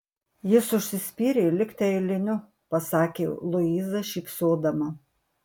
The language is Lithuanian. jis užsispyrė likti eiliniu pasakė luiza šypsodama